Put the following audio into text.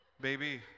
baby